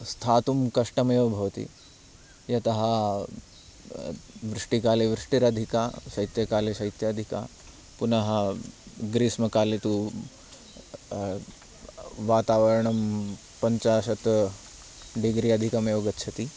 स्थातुं कष्टमेव भवति यतः वृष्टिकाले वृष्टिरधिका शैत्यकाले शैत्याधिका पुनः ग्रीष्मकाले तु वातावरणं पञ्चाशत् डिगिरि अधिकमेव गच्छति